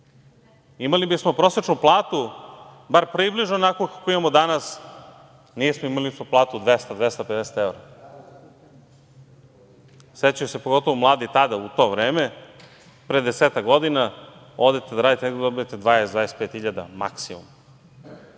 Imali bismo prosečnu platu bar približnu onakvu kakvu imamo danas. Nismo, imali smo platu od 200, 250 evra. Sećaju se pogotovo mladi tada u to vreme, pre desetak godina, odete da radite negde, dobijete 20.000, 25.000 maksimum.